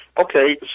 Okay